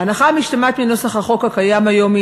ההנחה המשתמעת מנוסח החוק הקיים היום היא